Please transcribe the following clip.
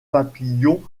papillon